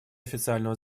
официального